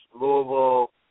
Louisville